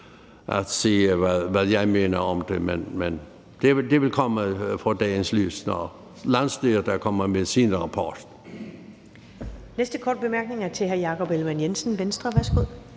at sige, hvad jeg mener om det. Men det vil komme for dagens lys, når landsstyret er kommet med sin rapport.